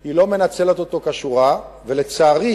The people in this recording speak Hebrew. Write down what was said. היא לא מנצלת אותו כשורה, ולצערי